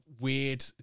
weird